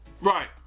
Right